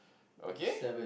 okay